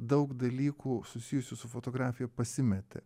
daug dalykų susijusių su fotografija pasimetė